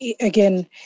again